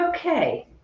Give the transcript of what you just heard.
Okay